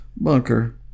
bunker